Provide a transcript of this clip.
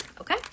Okay